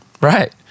right